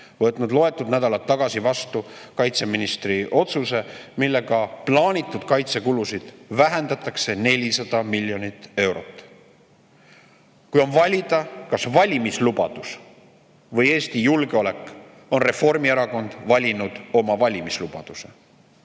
võtnud loetud nädalad tagasi vastu kaitseministri otsuse, millega plaanitud kaitsekulusid vähendatakse 400 miljoni euro võrra. Kui on valida, kas valimislubadus või Eesti julgeolek, on Reformierakond valinud oma valimislubaduse.